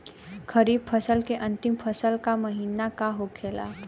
खरीफ के अंतिम फसल का महीना का होखेला?